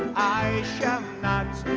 i shall not